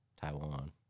Taiwan